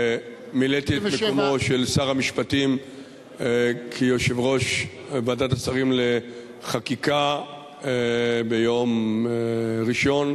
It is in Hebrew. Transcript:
מילאתי את מקומו של שר המשפטים כיושב-ראש ועדת השרים לחקיקה ביום ראשון.